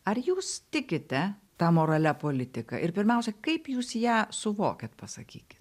ar jūs tikite ta moralia politika ir pirmiausia kaip jūs ją suvokiat pasakykit